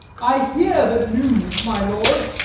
i hear the news, my lord.